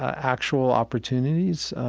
actual opportunities,